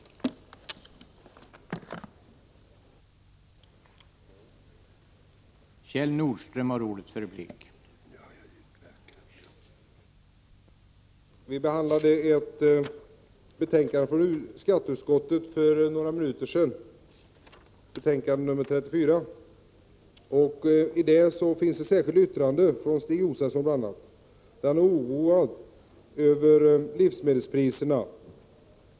Tullen på trädgårds